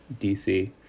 DC